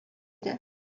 иде